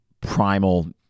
primal